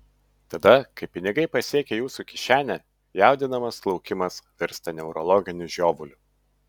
tada kai pinigai pasiekia jūsų kišenę jaudinamas laukimas virsta neurologiniu žiovuliu